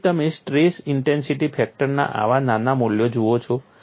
તેથી જ તમે સ્ટ્રેસ ઇન્ટેન્સિટી ફેક્ટરના આવા નાના મૂલ્યો જુઓ છો